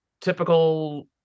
typical